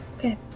Okay